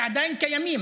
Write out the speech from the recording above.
שעדיין קיימים.